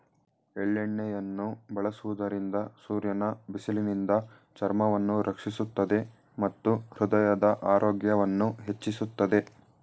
ಎಳ್ಳೆಣ್ಣೆಯನ್ನು ಬಳಸುವುದರಿಂದ ಸೂರ್ಯನ ಬಿಸಿಲಿನಿಂದ ಚರ್ಮವನ್ನು ರಕ್ಷಿಸುತ್ತದೆ ಮತ್ತು ಹೃದಯದ ಆರೋಗ್ಯವನ್ನು ಹೆಚ್ಚಿಸುತ್ತದೆ